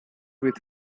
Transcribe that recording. with